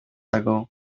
ago